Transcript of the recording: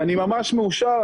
ואני ממש מאושר.